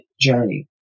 journey